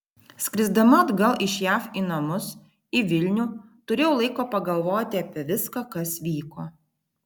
skrisdama atgal iš jav į namus į vilnių turėjau laiko pagalvoti apie viską kas vyko